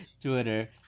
twitter